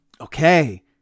Okay